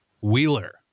Wheeler